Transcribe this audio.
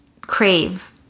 crave